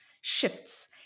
shifts